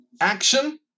Action